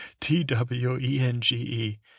T-W-E-N-G-E